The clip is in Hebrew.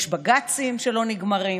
יש בג"צים שלא נגמרים,